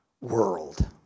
world